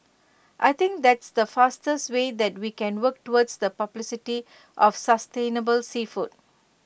I think that's the fastest way that we can work towards the publicity of sustainable seafood